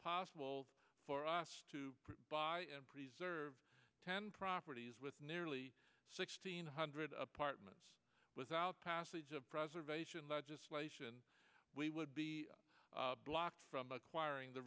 possible for us to buy and preserve ten properties with nearly sixteen hundred apartments without passage of preservation legislation we would be blocked from acquiring the